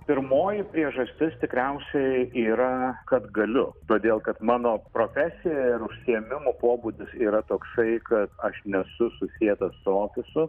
pirmoji priežastis tikriausiai yra kad galiu todėl kad mano profesija ir užsiėmimų pobūdis yra toksai kad aš nesu susietas su ofisu